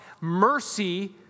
mercy